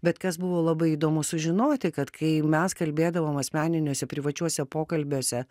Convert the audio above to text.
bet kas buvo labai įdomu sužinoti kad kai mes kalbėdavom asmeniniuose privačiuose pokalbiuose